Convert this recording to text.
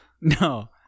No